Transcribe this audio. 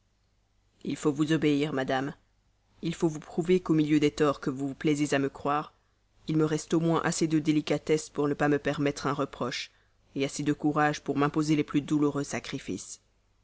il faut vous obéir madame il faut vous prouver qu'au milieu des torts que vous vous plaisez à me croire il me reste au moins assez de délicatesse pour ne pas me permettre un reproche assez de courage pour m'imposer les plus douloureux sacrifices